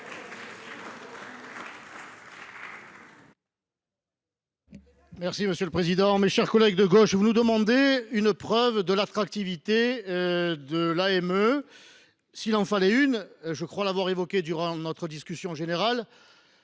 Ravier, sur l’article. Mes chers collègues de gauche, vous nous demandez une preuve de l’attractivité de l’AME. S’il en fallait une, je crois l’avoir évoquée durant la discussion générale